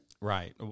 Right